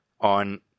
on